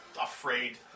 afraid